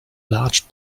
large